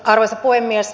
arvoisa puhemies